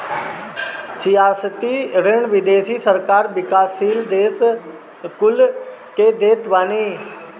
रियायती ऋण विदेशी सरकार विकासशील देस कुल के देत बानी